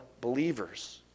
believers